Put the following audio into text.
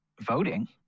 voting